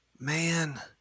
Man